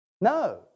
No